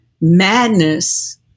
madness